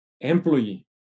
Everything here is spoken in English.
employee